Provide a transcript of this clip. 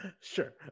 sure